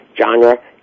genre